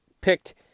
picked